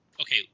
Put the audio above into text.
okay